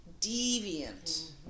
deviant